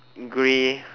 grey